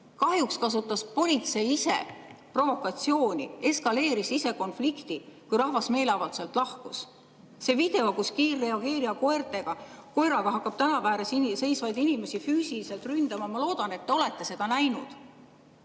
Kahjuks kasutas politsei ise provokatsiooni, eskaleeris ise konflikti, kui rahvas meeleavalduselt lahkus. See video, kus kiirreageerija koeraga hakkab tänava ääres seisvaid inimesi füüsiliselt ründama – ma loodan, et te olete seda näinud.